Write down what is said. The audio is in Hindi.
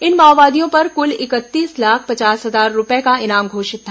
इन माओवादियों पर कुल इकतीस लाख पचास हजार रूपये का इनाम घोषित था